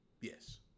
Yes